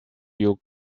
you